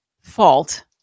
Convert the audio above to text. fault